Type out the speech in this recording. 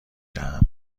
دهم